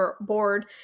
board